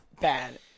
bad